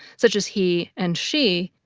such as he and she,